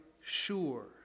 sure